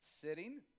sitting